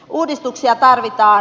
uudistuksia tarvitaan